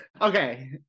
Okay